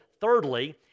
thirdly